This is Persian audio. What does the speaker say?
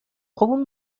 اون